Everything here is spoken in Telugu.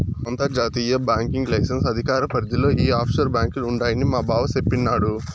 అంతర్జాతీయ బాంకింగ్ లైసెన్స్ అధికార పరిదిల ఈ ఆప్షోర్ బాంకీలు ఉండాయని మాబావ సెప్పిన్నాడు